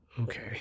Okay